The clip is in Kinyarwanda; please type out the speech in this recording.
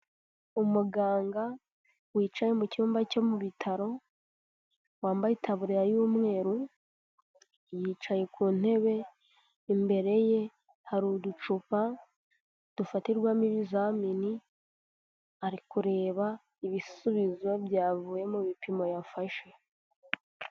Umuganga wicaye mu cyumba cyo mu bitaro, wambaye itaburiya y'umweru, yicaye ku ntebe, imbere ye hari uducupa dufatirwamo ibizamini, ari kureba ibisubizo byavuye mu bipimo yafashe.